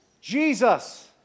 Jesus